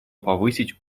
повысить